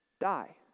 die